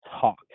talk